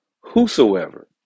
whosoever